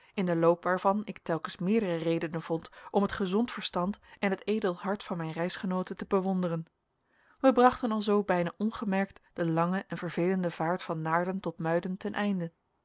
in den loop waarvan ik telkens meerdere redenen vond om het gezond verstand en het edel hart van mijn reisgenoote te bewonderen wij brachten alzoo bijna ongemerkt de lange en vervelende vaart van naarden tot muiden ten einde